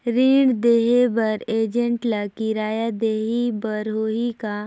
ऋण देहे बर एजेंट ला किराया देही बर होही का?